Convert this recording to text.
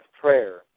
prayer